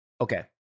Okay